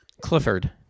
Clifford